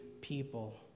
people